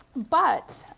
but